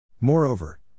Moreover